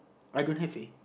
I don't have uh